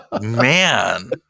man